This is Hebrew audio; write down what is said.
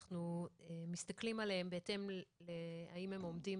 ואנחנו מסתכלים עליהן האם הן עומדות